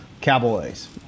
Cowboys